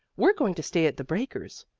we're going to stay at the breakers.